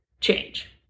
change